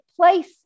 place